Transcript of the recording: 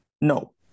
No